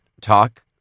talk